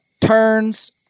turns